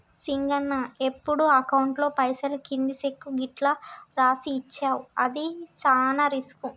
సింగన్న ఎప్పుడు అకౌంట్లో పైసలు కింది సెక్కు గిట్లు రాసి ఇచ్చేవు అది సాన రిస్కు